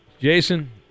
Jason